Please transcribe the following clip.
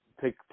take